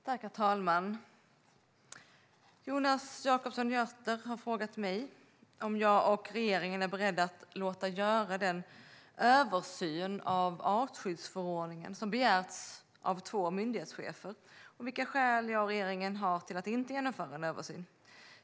Herr talman! Jonas Jacobsson Gjörtler har frågat mig om jag och regeringen är beredda att låta göra den översyn av artskyddsförordningen som begärts av två myndighetschefer och vilka skäl jag och regeringen har till att inte genomföra en översyn.